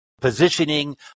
positioning